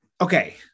Okay